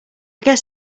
guess